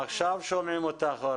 עכשיו שומעים אותך אורלי.